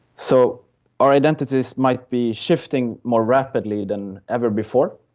so our identities might be shifting more rapidly than ever before.